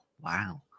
wow